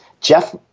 Jeff